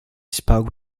spoke